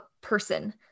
person